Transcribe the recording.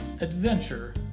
adventure